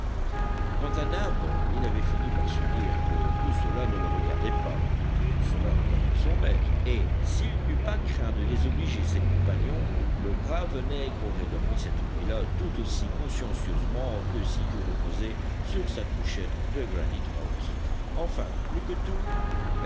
nab il avait fini par se dire que tout cela ne le regardait pas que cela regardait son maître et s'il n'eût pas craint de désobliger ses compagnons le brave nègre aurait dormi cette nuit-là tout aussi consciencieusement que s'il eût reposé sur sa couchette de granite house enfin plus que tous